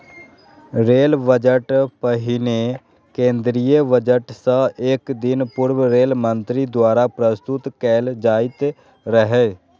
rail budget पहिने केंद्रीय budget सं एक दिन पूर्व रेल मंत्री द्वारा प्रस्तुत कैल जाइत रहै